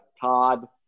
Todd